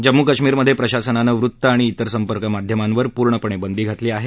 जम्मू कश्मीरमधे प्रशासनानं वृत्त आणि इतर संपर्क माध्यमांवर पूर्णपणे बंदी घातली आहे